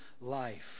life